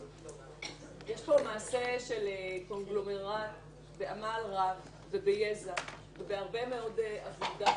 יש פה מעשה של קונגלומרט בעמל רב וביזע ובהרבה מאוד עבודה,